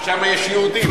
כי שם יש יהודים.